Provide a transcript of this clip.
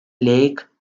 lake